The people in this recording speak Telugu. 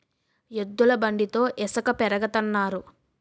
ఎద్దుల బండితో ఇసక పెరగతన్నారు